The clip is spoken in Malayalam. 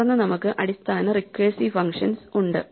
തുടർന്ന് നമുക്ക് അടിസ്ഥാന റിക്കേഴ്സീവ് ഫങ്ഷൻസ് ഉണ്ട്